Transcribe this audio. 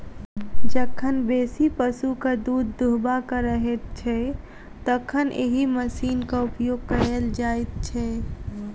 जखन बेसी पशुक दूध दूहबाक रहैत छै, तखन एहि मशीनक उपयोग कयल जाइत छै